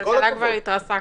בכלכלה כבר התרסקנו.